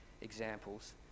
examples